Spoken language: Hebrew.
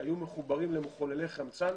שהיו מחוברים למחוללי חמצן